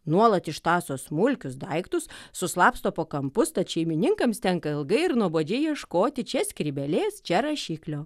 nuolat ištąso smulkius daiktus suslapsto po kampus tad šeimininkams tenka ilgai ir nuobodžiai ieškoti čia skrybėlės čia rašiklio